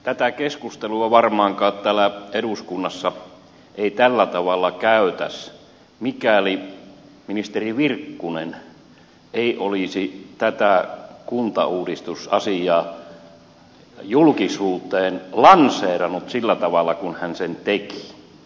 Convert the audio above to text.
tätä keskustelua varmaankaan täällä eduskunnassa ei tällä tavalla käytäisi mikäli ministeri virkkunen ei olisi tätä kuntauudistusasiaa julkisuuteen lanseerannut sillä tavalla kuin hän sen teki